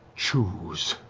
choose.